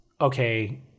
okay